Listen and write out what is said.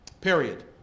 period